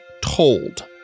told